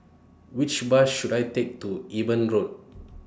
Which Bus should I Take to Eben Road